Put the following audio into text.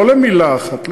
לא למילה אחת,